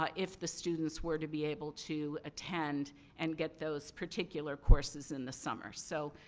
ah if the students were to be able to attend and get those particular courses in the summer. so,